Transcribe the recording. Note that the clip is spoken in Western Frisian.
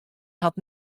hat